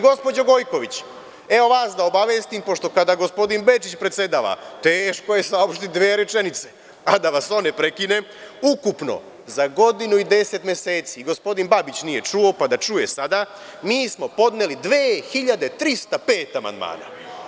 Gospođo Gojković, evo, vas da obavestim, pošto kada gospodin Bečić predsedava teško je saopštiti dve rečenice a da vas on ne prekine, ukupno za godinu i deset meseci, gospodin Babić nije čuo, pa da čuje sada, mi smo podneli 2.305 amandmana.